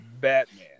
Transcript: Batman